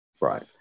Right